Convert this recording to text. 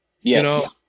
Yes